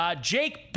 Jake